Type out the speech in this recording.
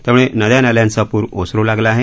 त्यामुळे नदया नाल्यांचा पूर ओसरु लागला आहे